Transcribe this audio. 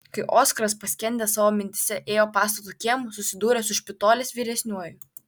kai oskaras paskendęs savo mintyse ėjo pastato kiemu susidūrė su špitolės vyresniuoju